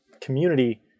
community